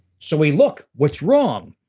so we look, what's wrong?